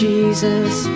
Jesus